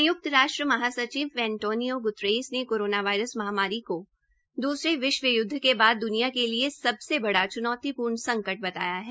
संयुक्त महासचिव Antonio Guterres ने कोरोना वायरस महामारी को दूसरे विश्व य्द्व के बाद द्निया के लिए सबसे बड़ा च्नौतीपूर्ण संकट बताया है